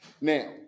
Now